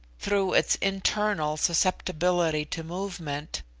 through its internal susceptibility to movement,